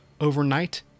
Overnight